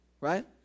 right